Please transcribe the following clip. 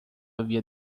havia